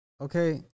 Okay